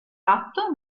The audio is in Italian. ratto